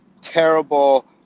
terrible